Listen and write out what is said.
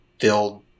build